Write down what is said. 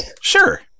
Sure